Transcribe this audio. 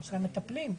של המטפלים.